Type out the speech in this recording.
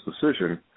decision